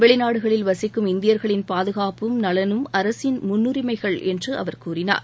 வெளிநாடுகளில் வசிக்கும் இந்தியர்களின் பாதுகாப்பும் நலனும் அரசின் முன்னுரிமைகள் என்று அவர் கூறினார்